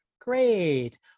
great